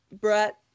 Brett